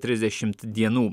trisdešimt dienų